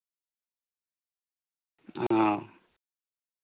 ᱚ